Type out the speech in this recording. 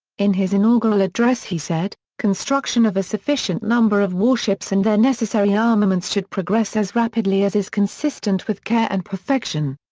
in his inaugural address he said, construction of a sufficient number of warships and their necessary armaments should progress as rapidly as is consistent with care and perfection.